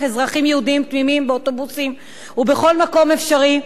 אזרחים יהודים תמימים באוטובוסים ובכל מקום אפשרי.